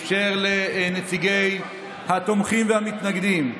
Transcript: אפשר לנציגי התומכים והמתנגדים,